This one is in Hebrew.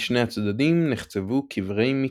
משני הצדדים נחצבו קברי מקמר.